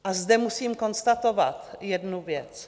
A zde musím konstatovat jednu věc.